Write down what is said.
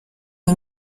ari